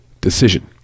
decision